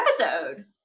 episode